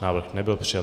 Návrh nebyl přijat.